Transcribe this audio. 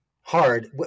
hard